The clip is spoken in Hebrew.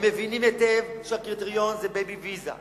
הם מבינים היטב שהקריטריון זה "בייבי ויזה".